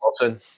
Wilson